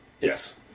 Yes